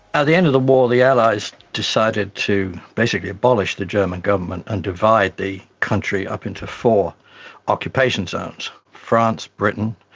ah the end of the war, the allies decided to basically abolish the german government and divide the country up into four occupation zones france, britain,